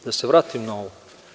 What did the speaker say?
Da se vratim na ovo.